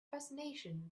fascination